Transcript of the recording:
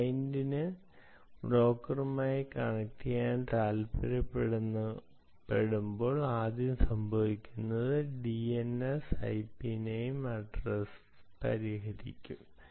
client ബ്രോക്കറുമായി കണക്റ്റുചെയ്യാൻ താൽപ്പര്യപ്പെടുമ്പോൾ ആദ്യം സംഭവിക്കുന്നത് ഡിഎൻഎസ് ഐപി നെയിം അഡ്രസ് പരിഹരിക്കും